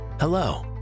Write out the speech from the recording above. Hello